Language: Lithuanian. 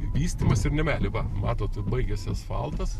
vystymas ir nemeilė va matot baigėsi asfaltas